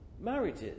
marriages